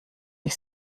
ich